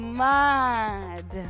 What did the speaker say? mad